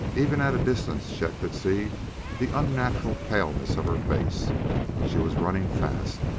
even at a distance chet could see the unnatural paleness of her face she was running fast,